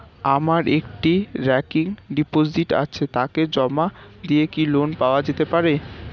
আমার একটি recurring deposit আছে তাকে জমা দিয়ে কি লোন পাওয়া যেতে পারে?